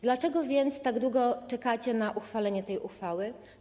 Dlaczego więc tak długo czekacie na uchwalenie tej ustawy?